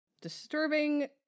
disturbing